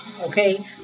okay